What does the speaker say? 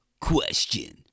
Question